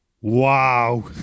Wow